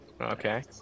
okay